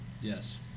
Yes